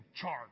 charge